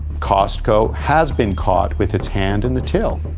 costco has been caught with its hand in the till.